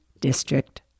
district